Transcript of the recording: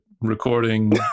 recording